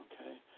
Okay